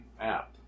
app